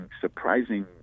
surprising